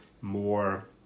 more